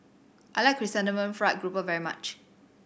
I like Chrysanthemum Fried Grouper very much